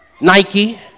Nike